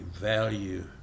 value